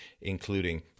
including